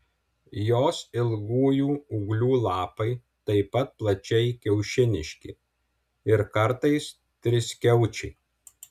jos ilgųjų ūglių lapai taip pat plačiai kiaušiniški ir kartais triskiaučiai